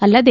ಅಲ್ಲದೆ